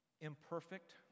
imperfect